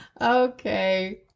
Okay